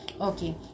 okay